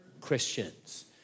Christians